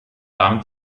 damit